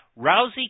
Rousey